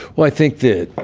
well, i think that, but